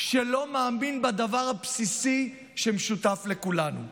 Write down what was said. שלא מאמין בדבר הבסיסי שמשותף לכולנו,